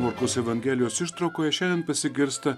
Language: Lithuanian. morkaus evangelijos ištraukoje šiandien pasigirsta